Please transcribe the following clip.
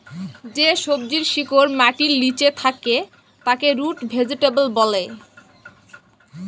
যে সবজির শিকড় মাটির লিচে থাক্যে তাকে রুট ভেজিটেবল ব্যলে